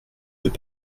deux